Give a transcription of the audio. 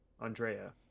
Andrea